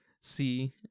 see